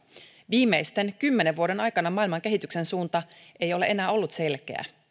viimeisten kymmenen vuoden aikana maailman kehityksen suunta ei ole enää ollut selkeä